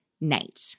night